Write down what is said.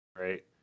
right